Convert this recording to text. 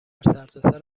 سرتاسر